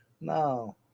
No